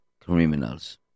criminals